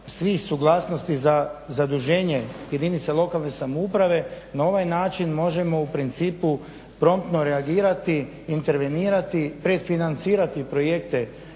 svih suglasnosti za zaduženje jedinice lokalne samouprave, na ovaj način možemo u principu promptno reagirati, intervenirati predfinancirati projekte